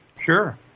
Sure